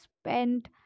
spent